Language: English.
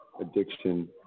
addiction